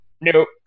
nope